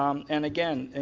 um and again,